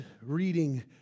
reading